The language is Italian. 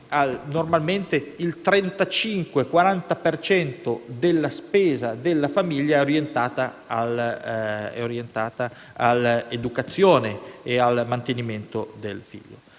normalmente il 35-40 per cento della spesa della famiglia è orientata all'educazione e al mantenimento del figlio.